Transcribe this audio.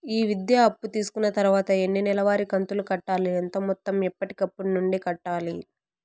ఈ విద్యా అప్పు తీసుకున్న తర్వాత ఎన్ని నెలవారి కంతులు కట్టాలి? ఎంత మొత్తం ఎప్పటికప్పుడు నుండి కట్టాలి?